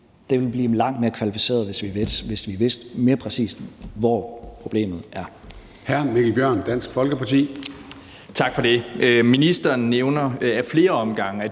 Det ville blive langt mere kvalificeret, hvis vi vidste mere præcist, hvor problemet er.